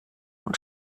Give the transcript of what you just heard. und